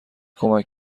کمک